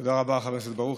תודה רבה, חבר הכנסת ברוכי.